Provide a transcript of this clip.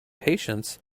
patience